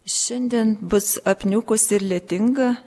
šiandien bus apniukus ir lietinga